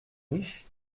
riches